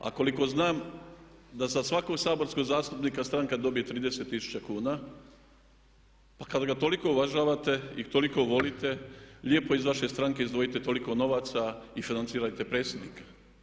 A koliko znam da za svakog saborskog zastupnika stranka dobije 30 tisuća kuna pa kad ga toliko uvažavate i toliko volite lijepo iz vaše stranke izdvojite toliko novaca i financirajte predsjednika.